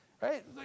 Right